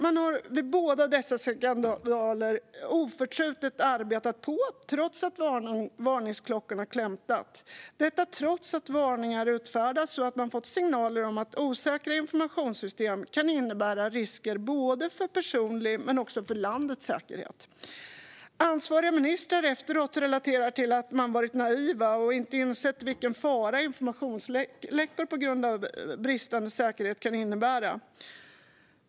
Man har vid båda dessa skandaler oförtrutet arbetat på trots att varningsklockor har klämtat, trots att varningar har utfärdats och trots att man har fått signaler om att osäkra informationssystem kan innebära risker både för personlig säkerhet och för landets säkerhet. Ansvariga ministrar relaterar efteråt till att man har varit naiv och inte insett vilken fara informationsläckor på grund av bristande säkerhet kan innebära.